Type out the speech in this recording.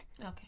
Okay